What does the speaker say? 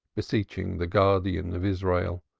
beseeching the guardian of israel,